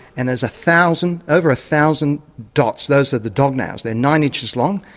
and there's a thousand, over a thousand dots, those are the dog nails. they're nine inches long.